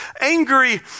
angry